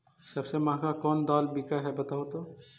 सबसे महंगा कोन दाल बिक है बताहु तो?